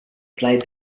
played